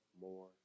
more